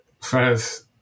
first